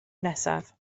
nesaf